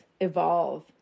evolve